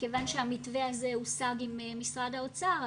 מכיוון שהמתווה הזה הושג עם משרד האוצר,